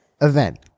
event